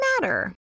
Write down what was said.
matter